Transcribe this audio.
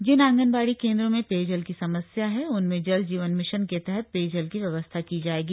जिन आंगनबाड़ी केन्द्रों में पेयजल की समस्या है उनमें जल जीवन मिशन के तहत पेयजल की व्यवस्था की जायेगी